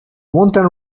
mountain